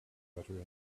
butter